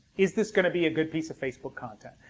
is this gonna be a good piece of facebook content?